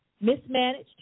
mismanaged